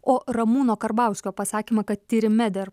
o ramūno karbauskio pasakymą kad tyrime dėl